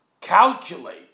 calculate